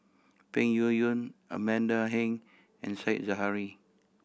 Peng Yuyun Amanda Heng and Said Zahari